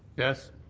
yes.